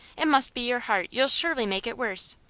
it must be your heart you'll surely make it worse.